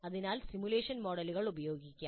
അതിനാൽ നമുക്ക് സിമുലേഷൻ മോഡലുകൾ ഉപയോഗിക്കാം